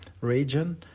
region